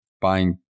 buying